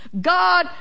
God